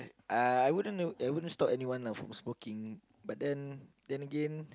uh I wouldn't know I wouldn't stop anyone lah from smoking but then then again